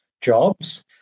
jobs